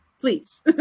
Please